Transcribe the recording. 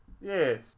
Yes